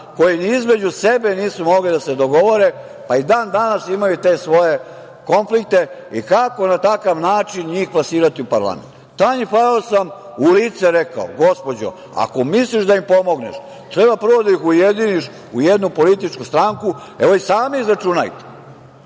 koji ni između sebe nisu mogli da se dogovore, pa i dan danas imaju konflikte i kako na takav način njih plasirati u parlament? Tanji Fajon sam u lice rekao – gospođo, ako misliš da im pomogneš, treba prvo da ih ujediniš u jednu političku stranku. Izračunajte